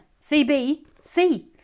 CBC